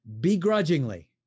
Begrudgingly